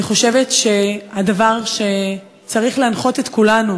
אני חושבת שהדבר שצריך להנחות את כולנו